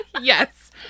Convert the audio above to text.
yes